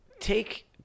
take